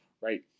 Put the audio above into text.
Right